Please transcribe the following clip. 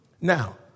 Now